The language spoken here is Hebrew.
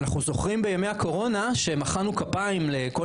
ואנחנו זוכרים שבימי הקורונה שמחאנו כפיים לכל